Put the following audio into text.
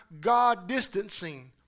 God-distancing